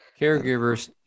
Caregivers